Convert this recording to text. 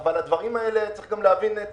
אבל צריך גם להבין את